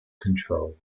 control